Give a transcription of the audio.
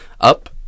up